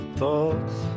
thoughts